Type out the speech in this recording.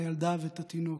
את הילדה ואת התינוק,